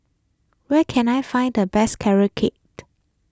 where can I find the best Carrot Cake